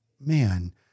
man